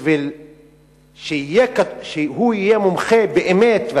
בשביל שהוא יהיה מומחה באמת,